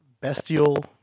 bestial